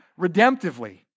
redemptively